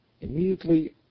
immediately